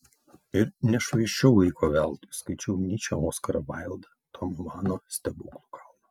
ir nešvaisčiau laiko veltui skaičiau nyčę oskarą vaildą tomo mano stebuklų kalną